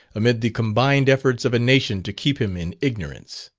amid the combined efforts of a nation to keep him in ignorance.